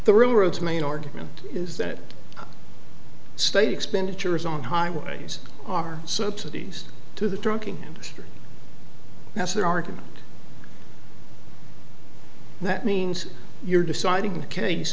rules main argument is that state expenditures on highways are subsidies to the trucking industry that's their argument that means you're deciding the case